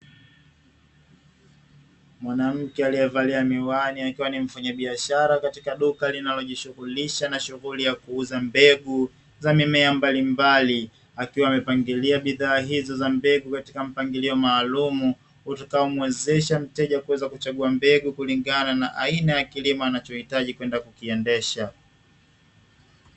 Mwanamke aliye valia miwani akiwa ni mfanya biashara katika duka linalojishughulisha na shughuli ya kuuza mbegu, za mimea mbalimbali akiwa amepangilia bidhaa hizo za mbegu katika mpangilio maalumu, utakayomwezesha mteja kuweza kuchagua mbegu kulingana na aina ya kilimo anachohitaji kwenda kukiendesha.